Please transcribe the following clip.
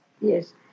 Yes